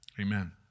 Amen